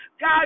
God